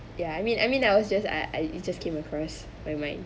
ya I mean I mean I was just I I it just came across my mind